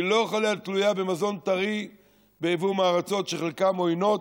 היא לא יכולה להיות תלויה למזון טרי ביבוא מארצות שחלקן עוינות.